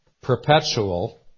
perpetual